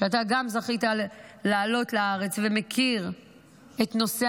שגם אתה זכית לעלות לארץ ומכיר את נושא